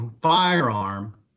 firearm